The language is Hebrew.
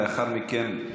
לאחר מכן,